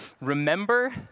Remember